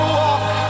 walk